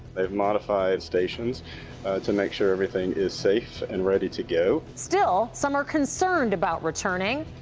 they've modified stations to make sure everything is safe and ready to go. still some are concerned about returning.